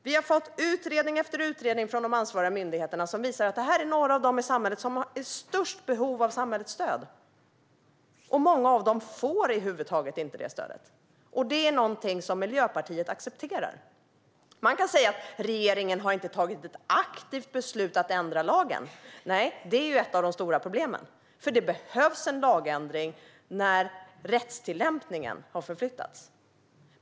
Vi har fått utredning efter utredning från ansvariga myndigheter som visar att det här är några av de grupper i samhället som är i störst behov av samhällets stöd. Många av dem får över huvud taget inte detta stöd. Det är något som Miljöpartiet accepterar. Man kan säga att regeringen inte har tagit ett aktivt beslut att ändra lagen. Nej, och det är ett av de stora problemen. Det behövs nämligen en lagändring när rättstillämpningen har förflyttats.